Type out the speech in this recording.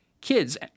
kids